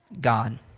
God